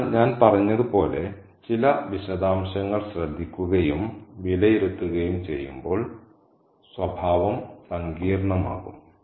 അതിനാൽ ഞാൻ പറഞ്ഞതുപോലെ ചില വിശദാംശങ്ങൾ ശ്രദ്ധിക്കുകയും വിലയിരുത്തുകയും ചെയ്യുമ്പോൾ സ്വഭാവം സങ്കീർണ്ണമാകും